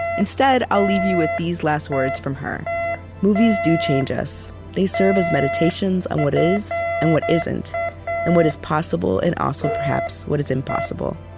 instead, i'll leave you with these last words from her movies do change us they serve as meditations on what is and what isn't and what is possible and also, perhaps, what is impossible.